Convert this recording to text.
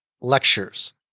lectures